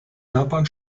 japan